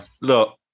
Look